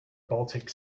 baltic